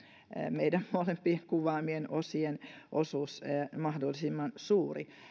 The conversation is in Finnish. meidän molempien kuvaamien osien osuus mahdollisimman suuri